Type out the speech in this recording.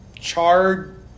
charred